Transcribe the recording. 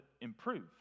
improve